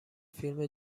فیلم